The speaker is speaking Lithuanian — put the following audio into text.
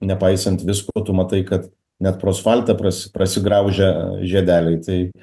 nepaisant visko tu matai kad net pro asfaltą pras prasigraužia žiedeliai tai